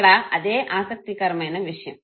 ఇక్కడ అదే ఆసక్తి కరమైన విషయం